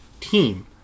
team